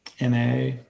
NA